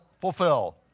fulfill